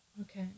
Okay